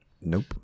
Nope